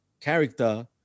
character